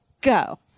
go